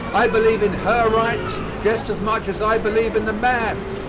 i believe in her rights just as much as i believe in the man's,